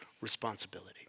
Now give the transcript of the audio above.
responsibility